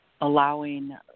allowing